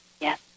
Yes